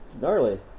gnarly